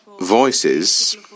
voices